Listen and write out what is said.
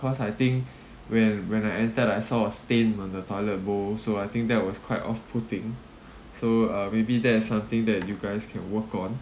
cause I think when when I entered I saw a stain on the toilet bowl so I think that was quite off putting so uh maybe there is something that you guys can work on